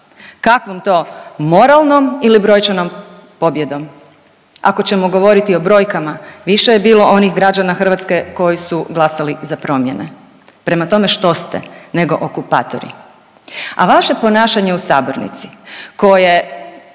Kakvom to moralnom ili brojčanom pobjedom. Ako ćemo govoriti o brojkama, više je bilo onih građana Hrvatske koji su glasali za promjene. Prema tome što ste nego okupatori. A vaše ponašanje u sabornici koje